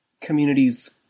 communities